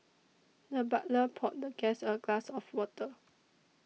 the butler poured the guest a glass of water